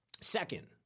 Second